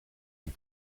and